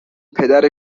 پدر